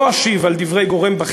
לא אשיב על דברי גורם בכיר.